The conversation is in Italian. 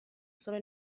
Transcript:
solo